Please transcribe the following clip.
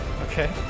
Okay